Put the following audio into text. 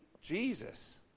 Jesus